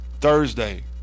Thursday